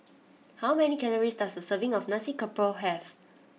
how many calories does a serving of Nasi Campur have